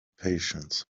patience